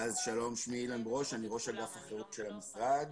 אני ראש אגף החירום של המשרד.